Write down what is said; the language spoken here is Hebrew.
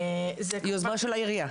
יוזמה של עירייה?